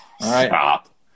Stop